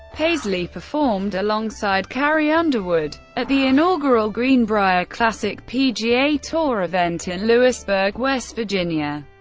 paisley performed alongside carrie underwood at the inaugural greenbrier classic pga tour event in lewisburg, west virginia.